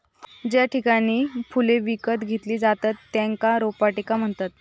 ज्या ठिकाणी फुले विकत घेतली जातत त्येका रोपवाटिका म्हणतत